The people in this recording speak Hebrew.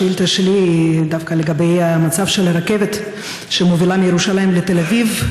השאילתה שלי היא דווקא לגבי המצב של הרכבת שמובילה מירושלים לתל אביב.